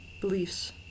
beliefs